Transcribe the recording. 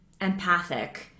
empathic